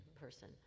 person